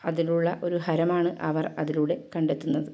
അതിലുള്ള ഒരു ഹരമാണ് അവർ അതിലൂടെ കണ്ടെത്തുന്നത്